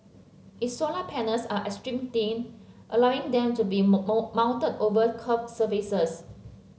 its solar panels are extra thin allowing them to be moulded over curved surfaces